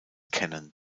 kennen